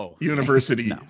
University